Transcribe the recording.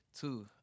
two